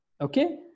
Okay